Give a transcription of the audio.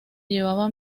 llevaba